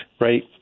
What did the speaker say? right